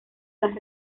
las